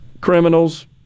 criminals